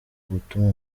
gutuma